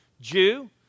Jew